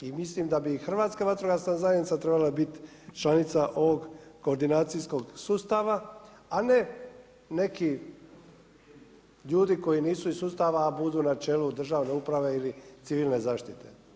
I mislim da bi i Hrvatska vatrogasna zajednica trebala biti članica ovog koordinacijskog sustava, a ne neki ljudi koji nisu iz sustava, a budu na čelu državne uprave ili civilne zaštite.